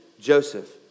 Joseph